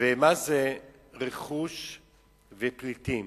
ומה זה רכוש ופליטים.